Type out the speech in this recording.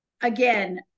again